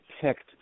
picked